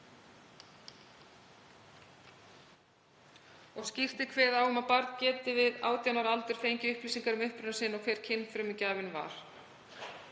og skýrt er kveðið á um að barn geti við 18 ára aldur fengið upplýsingar um uppruna sinn og hver kynfrumugjafinn var.